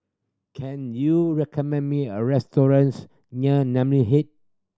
can you recommend me a restaurants near Namly